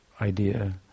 idea